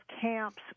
camps